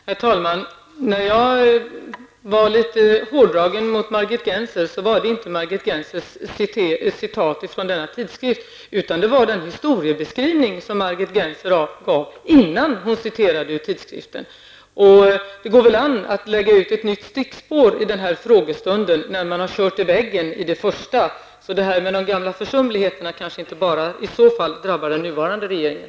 Herr talman! När jag var litet hård mot Margit Gennser, var det inte för citatet ur tidskriften, utan för den historieskrivning som Margit Gennser gjorde innan hon kom in på citatet. Det går väl an att lägga ut ett nytt stickspår vid den här frågestunden, när man har kört i väggen på det första. Men det här med gammal försumlighet drabbar kanske inte bara den nuvarande regeringen.